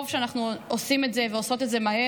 טוב שאנחנו עושים את זה ועושות את זה מהר.